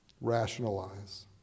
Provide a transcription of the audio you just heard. Rationalize